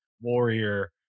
warrior